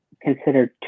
considered